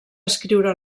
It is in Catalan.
escriure